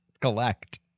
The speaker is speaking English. collect